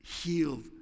healed